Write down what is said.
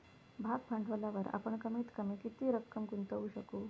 भाग भांडवलावर आपण कमीत कमी किती रक्कम गुंतवू शकू?